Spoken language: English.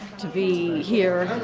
to be here